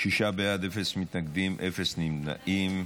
שישה בעד, אפס מתנגדים, אפס נמנעים.